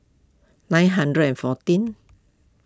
nine hundred and fourteen